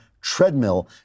treadmill